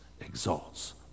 exalts